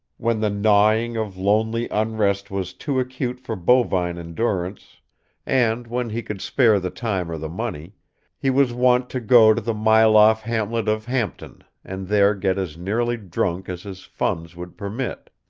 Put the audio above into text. when the gnawing of lonely unrest was too acute for bovine endurance and when he could spare the time or the money he was wont to go to the mile-off hamlet of hampton and there get as nearly drunk as his funds would permit.